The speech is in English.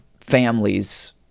families